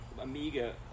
Amiga